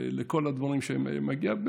לכל הדברים שמגיעים,